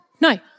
No